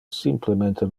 simplemente